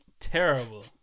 Terrible